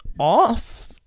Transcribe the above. Off